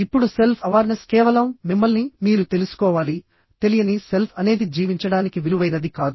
ఇప్పుడు self awareness కేవలం మిమ్మల్ని మీరు తెలుసుకోవాలి తెలియని సెల్ఫ్ అనేది జీవించడానికి విలువైనది కాదు